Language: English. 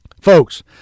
Folks